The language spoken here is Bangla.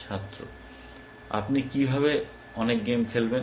ছাত্র আপনি কিভাবে অনেক গেম খেলবেন